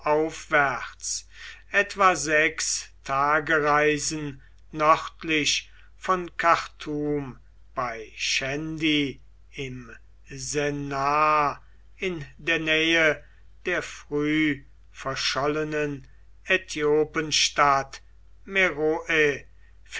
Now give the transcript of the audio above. etwa sechs tagereisen nördlich von khartum bei schendi im sennaar in der nähe der früh verschollenen